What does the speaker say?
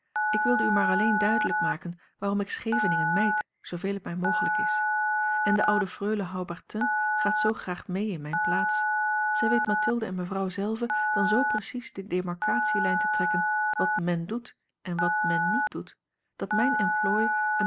ik wilde u maar alleen duidelijk maken waarom ik scheveningen mijd zooveel het mij mogelijk is en de oude freule haubertin gaat zoo graag mee in mijne plaats zij weet mathilde en mevrouw zelve dan zoo precies de demarcatielijn te trekken wat men doet en wat men niet doet dat mijn emplooi